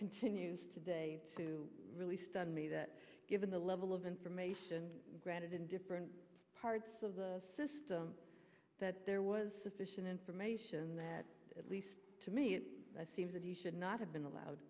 continues today to really stun me that given the level of information granted in different parts of the system that there was sufficient information that at least to me it seems that he should not have been